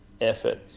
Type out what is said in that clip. effort